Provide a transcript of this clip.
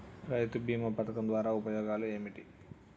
రైతు బీమా పథకం ద్వారా ఉపయోగాలు ఏమిటి?